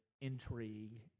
intrigue